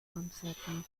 uncertain